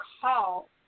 call